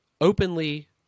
openly